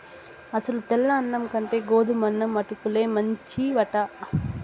అసలు తెల్ల అన్నం కంటే గోధుమన్నం అటుకుల్లే మంచివట